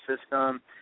system